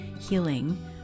healing